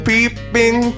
Peeping